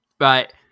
Right